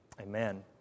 Amen